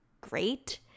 great